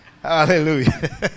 Hallelujah